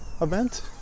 event